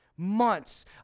months